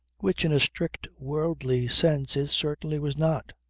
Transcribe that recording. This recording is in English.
which in a strict worldly sense it certainly was not.